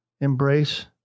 embrace